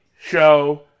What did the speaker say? show